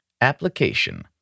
application